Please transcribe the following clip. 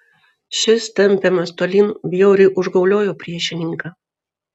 šis tempiamas tolyn bjauriai užgauliojo priešininką